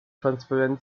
transparent